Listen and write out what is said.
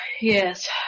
Yes